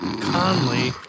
conley